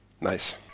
Nice